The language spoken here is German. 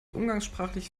umgangssprachlich